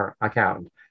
account